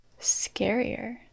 scarier